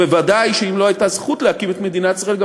ודאי שאם לא הייתה זכות להקים את מדינת ישראל גם